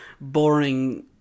boring